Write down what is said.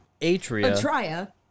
Atria